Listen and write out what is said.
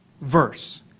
verse